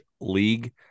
league